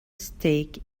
stake